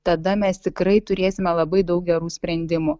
tada mes tikrai turėsime labai daug gerų sprendimų